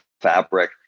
fabric